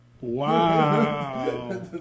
Wow